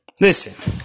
listen